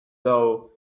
though